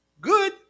good